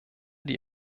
die